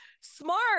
smart